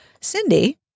Cindy